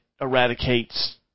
eradicates